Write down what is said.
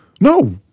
No